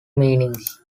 meanings